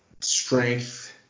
strength